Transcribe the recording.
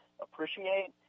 appreciate